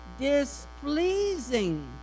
displeasing